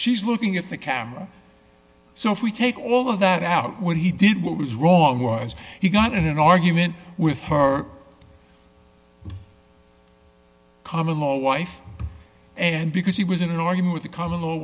she's looking at the camera so if we take all of that out what he did what was wrong was he got in an argument with her common law wife and because he was in an argument with a common l